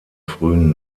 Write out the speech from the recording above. frühen